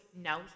no